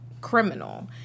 criminal